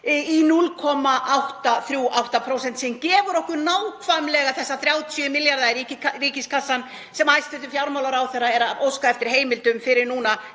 í 0,838%, sem gæfi okkur nákvæmlega þessa 30 milljarða í ríkiskassann sem hæstv. fjármálaráðherra er að óska eftir heimildum fyrir núna